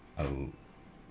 oh